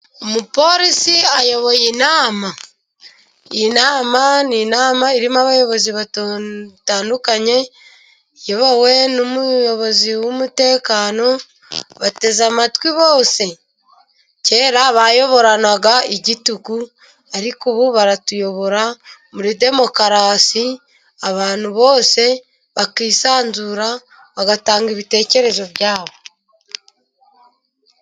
Umupolisi ayoboye inama, iyi nama ni inama irimo abayobozi batandukanye iyobowe n'umuyobozi w'umutekano bateze amatwi bose. Kera bayoboranaga igitugu ariko ubu baratuyobora muri demokarasi ,abantu bose bakisanzura bagatanga ibitekerezo byabo.